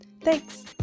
Thanks